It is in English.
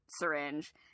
syringe